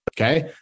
Okay